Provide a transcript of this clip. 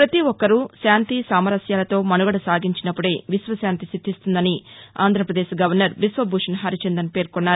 ప్రతి ఒక్సరూ శాంతి సామరస్యాలతో మనుగడ సాగించినప్పుడే విశ్వకాంతి సిద్దిస్తుందని శు ఆంధ్రప్రదేశ్ గవర్నర్ బిశ్వభూషణ్ హరిచందన్ పేర్కొన్నారు